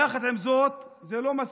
יחד עם זאת, זה לא מספיק,